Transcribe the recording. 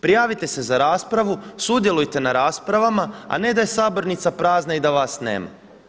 Prijavite se za raspravu, sudjelujte na raspravama, a ne da je sabornica prazna i da vas nema.